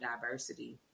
diversity